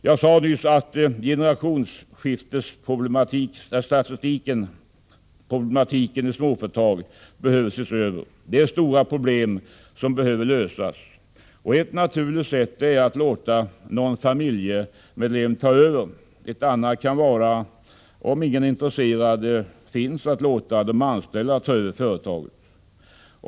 Jag sade nyss att generationsskiftesproblematiken i småföretag behöver ses över. Det är stora problem som skall lösas. Ett naturligt sätt är att låta någon familjemedlem ta över företaget. Ett annat kan vara, om ingen intresserad familjemedlem finns, att låta de anställda ta över företaget.